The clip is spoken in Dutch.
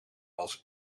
als